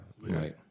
Right